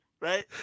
right